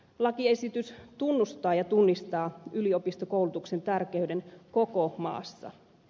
lakiesitys tunnustaa ja tunnistaa yliopistokoulutuksen tärkeyden koko maassa